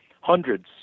hundreds